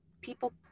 people